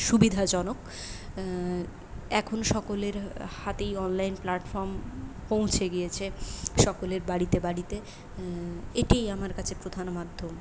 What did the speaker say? সুবিধাজনক এখন সকলের হাতেই অনলাইন প্ল্যাটফর্ম পৌঁছে গিয়েছে সকলের বাড়িতে বাড়িতে এটিই আমার কাছে প্রধান মাধ্যম